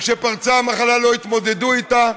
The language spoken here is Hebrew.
וכשפרצה המחלה לא התמודדו איתה,